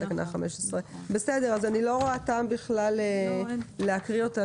תקנה 15. אני לא רואה טעם בכלל לקרוא אותה.